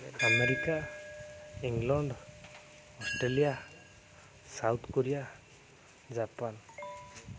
America England Australia South Korea Japan